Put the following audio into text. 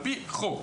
על-פי חוק.